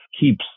keeps